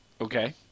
Okay